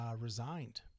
resigned